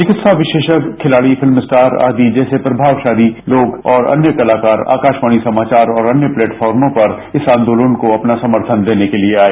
चिकित्सा विशेषज्ञ खिलाड़ी फिल्म स्टार आदि जैसे प्रमावशाली लोग और अन्य कलाकार आकाशवाणी समाचार और अन्य प्लेटफार्मों पर इस आंदोलन को अपना समर्थन देने के लिए आए